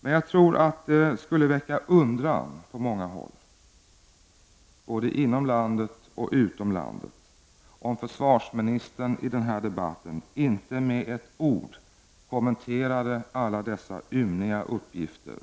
Men jag tror att det skulle väcka undran på många håll, både inom landet och utom landet, om försvarsministern i den här debatten inte med ett ord kommenterade alla dessa ymniga uppgifter,